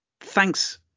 thanks